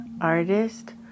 artist